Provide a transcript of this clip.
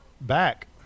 back